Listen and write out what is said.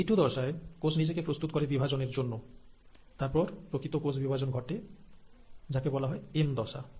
এই জিটু দশায় কোষ নিজেকে প্রস্তুত করে বিভাজনের জন্য তারপর প্রকৃত কোষ বিভাজন ঘটে যাকে বলা হয় এম দশা